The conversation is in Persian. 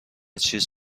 چیز